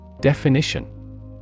Definition